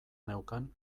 neukan